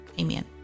amen